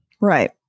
Right